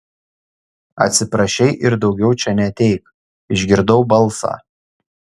atsiprašei ir daugiau čia neateik išgirdau balsą